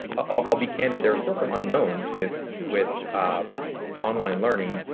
ah i'll be candid. there are still some unknowns with with online learning,